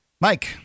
Mike